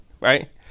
Right